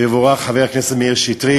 ויבורך חבר הכנסת מאיר שטרית.